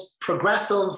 progressive